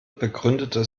begründete